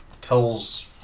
tells